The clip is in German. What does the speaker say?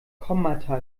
kommata